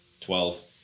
Twelve